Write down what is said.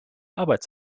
arbeit